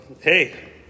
Hey